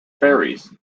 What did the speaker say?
ferries